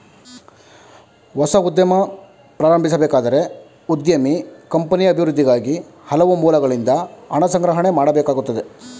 ಹೊಸ ಉದ್ಯಮ ಪ್ರಾರಂಭಿಸಬೇಕಾದರೆ ಉದ್ಯಮಿ ಕಂಪನಿಯ ಅಭಿವೃದ್ಧಿಗಾಗಿ ಹಲವು ಮೂಲಗಳಿಂದ ಹಣ ಸಂಗ್ರಹಣೆ ಮಾಡಬೇಕಾಗುತ್ತದೆ